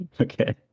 Okay